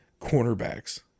cornerbacks